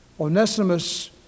Onesimus